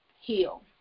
HEAL